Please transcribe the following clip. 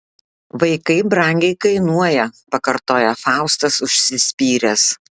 vaikai brangiai kainuoja pakartoja faustas užsispyręs